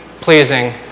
pleasing